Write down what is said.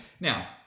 now